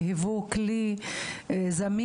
והיוו כלי זמין,